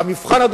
והמבחן,